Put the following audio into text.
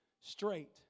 straight